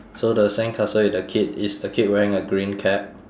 so the sandcastle with the kid is the kid wearing a green cap